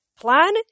Plan